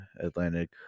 Atlantic